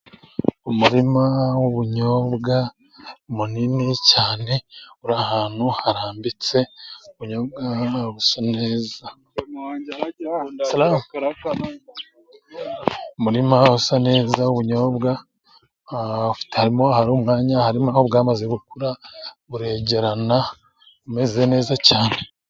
Umurima w'ubunyobwa munini cyane uri ahantu harambitse ubunyobwa busa neza . Umurima usa neza w'ubunyobwa harimo ahari umwanya harimo n'ubwamaze gukura bugerana bumeze neza cyane.